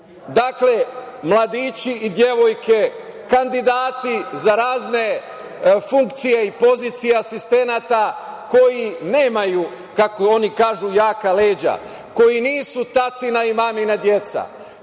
Dakle, mladići i devojke kandidati za razne funkcije i pozicije asistenata koji nemaju, kako oni kažu jaka leđa, koji nisu tatina i mamina deca,